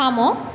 থাম